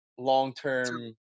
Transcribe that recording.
long-term